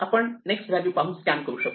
आपण next value पाहून scan करू शकतो